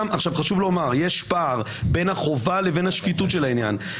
חשוב לומר שיש פער בין החובה לבין השפיטות של העניין.